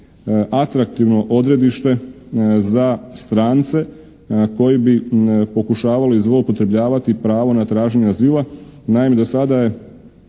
atraktivno odredište za strance koji bi pokušavali zloupotrebljavati pravo na traženje azila. Naime, do sada je